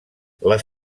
les